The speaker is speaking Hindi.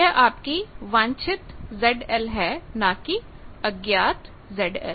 यह आपकी वांछित ZL है ना कि अज्ञात ZL